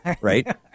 Right